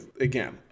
again